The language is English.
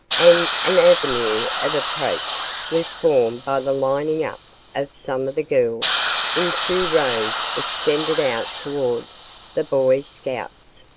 and an avenue of approach was formed by the lining up of some of the girls in two rows extended out towards the boy scouts.